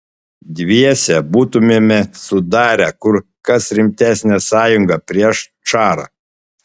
dviese būtumėme sudarę kur kas rimtesnę sąjungą prieš čarą